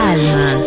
Alma